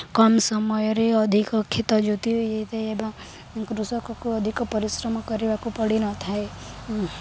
କମ୍ ସମୟରେ ଅଧିକ କ୍ଷେତ ଜୋତି ହୋଇଯାଇଥାଏ ଏବଂ କୃଷକକୁ ଅଧିକ ପରିଶ୍ରମ କରିବାକୁ ପଡ଼ିନଥାଏ